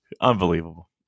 unbelievable